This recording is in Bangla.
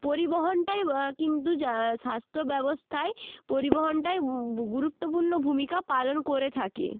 পরিবহণটাই কিন্তু যা স্বাস্থ্য ব্যবস্থায় পরিবহণটাই গুরুত্বপূর্ণ ভূমিকা পালন করে থাকে